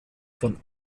von